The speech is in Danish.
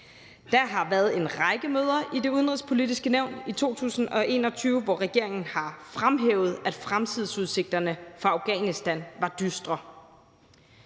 Der har været en række møder i Det Udenrigspolitiske Nævn i 2021, hvor regeringen har fremhævet, at fremtidsudsigterne for Afghanistan var dystre.